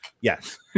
yes